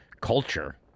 culture